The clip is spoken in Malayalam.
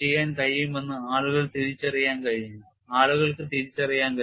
ചെയ്യാൻ കഴിയുമെന്ന് ആളുകൾക്ക് തിരിച്ചറിയാൻ കഴിഞ്ഞു